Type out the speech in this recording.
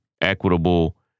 equitable